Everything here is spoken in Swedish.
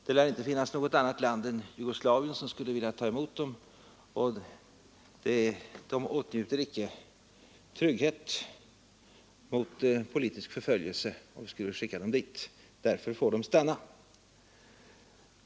Det lär inte finnas något annat land än Jugoslavien som skulle vilja ta emot dem, och de åtnjuter inte trygghet mot politisk förföljelse om vi skulle skicka dem dit. Därför får de stanna.